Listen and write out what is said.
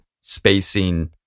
spacing